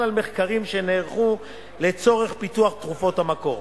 על מחקרים שנערכו לצורך פיתוח תרופת המקור.